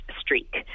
streak –